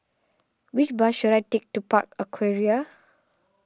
which bus should I take to Park Aquaria